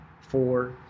four